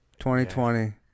2020